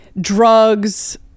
drugs